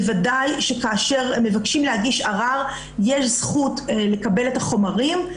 בוודאי שכאשר מבקשים להגיש ערר יש זכות לקבל את החומרים.